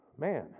Man